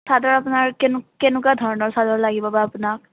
চাদৰ আপোনাৰ কেন কেনেকুৱা ধৰণৰ চাদৰ লাগিব বা আপোনাক